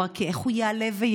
הוא אמר: כי איך הוא יעלה וירד?